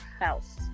house